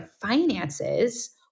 finances